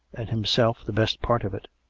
and himself the best part of it.